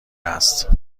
است